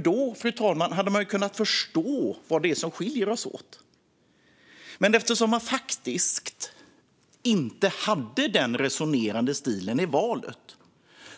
Då, fru talman, hade man ju kunnat förstå vad det är som skiljer oss åt. Men eftersom man inte hade den resonerande stilen i valet